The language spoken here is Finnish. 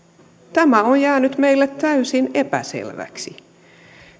tämä on jäänyt meille täysin epäselväksi